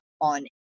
on